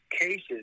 cases